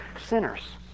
sinners